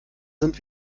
sind